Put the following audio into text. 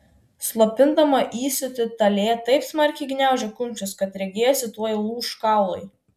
slopindama įsiūtį talė taip smarkiai gniaužė kumščius kad regėjosi tuoj lūš kaulai